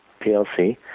PLC